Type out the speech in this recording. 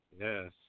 Yes